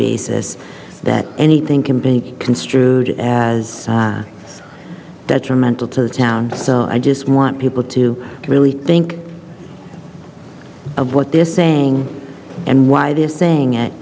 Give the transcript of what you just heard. basis that anything can be construed as detrimental to the town so i just want people to really think of what they're saying and why they're saying it